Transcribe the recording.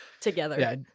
together